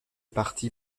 parti